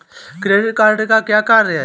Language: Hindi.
क्रेडिट कार्ड का क्या कार्य है?